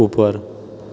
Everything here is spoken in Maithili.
उपरि